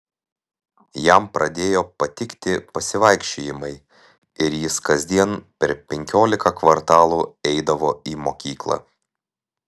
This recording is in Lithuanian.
jam pradėjo patikti pasivaikščiojimai ir jis kasdien per penkiolika kvartalų eidavo į mokyklą